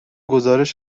گزارش